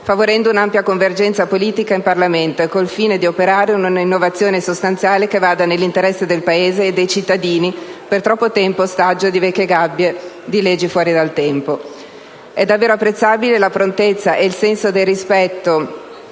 favorendo un'ampia convergenza politica in Parlamento e col fine di operare una innovazione sostanziale che vada nell'interesse del Paese e dei cittadini, per troppo tempo ostaggio di vecchie gabbie di leggi fuori dal tempo. È davvero apprezzabile la prontezza e il senso del rispetto